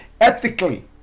ethically